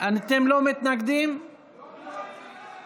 אין מתנגדים, אין נמנעים.